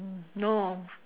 mm no